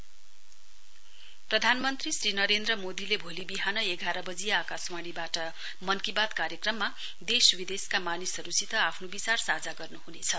PM Mann Ki Baat प्रधानमन्त्री श्री नरेन्द्र मोदीले भोलि विहान एघार बजी आकाशवाणीवाट मन की बात कार्यक्रममा देश विदेशका मानिसहरुसित आफ्नो विचार साझा गर्नुहुनेछ